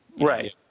Right